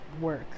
work